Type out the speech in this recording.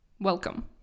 welcome